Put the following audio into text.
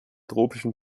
tropischen